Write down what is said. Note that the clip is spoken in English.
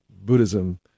Buddhism